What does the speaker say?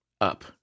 Up